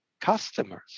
customers